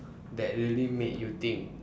that really made you think